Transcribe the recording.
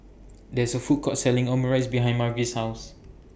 There IS A Food Court Selling Omurice behind Margy's House